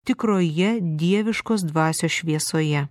tikroje dieviškos dvasios šviesoje